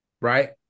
right